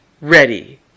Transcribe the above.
ready